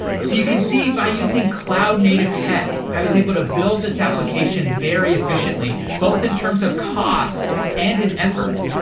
you can see by using cloud native tech, i was able to build this application very efficiently, both in terms of cost and in effort.